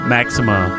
Maxima